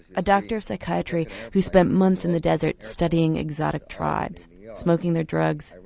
a doctor of psychiatry who spent months in the desert studying exotic tribes smoking their drugs,